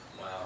Wow